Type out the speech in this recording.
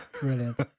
Brilliant